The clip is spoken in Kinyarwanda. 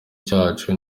cyacu